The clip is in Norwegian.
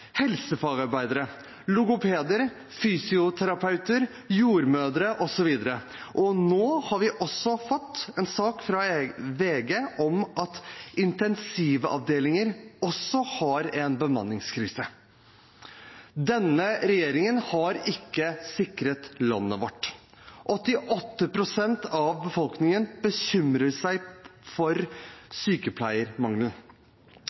helsefagarbeidere, logopeder, fysioterapeuter, jordmødre osv. Og nå har vi fått en sak fra VG om at intensivavdelinger også har en bemanningskrise. Denne regjeringen har ikke sikret landet vårt. 88 pst. av befolkningen bekymrer seg